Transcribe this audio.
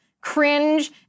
cringe